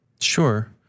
Sure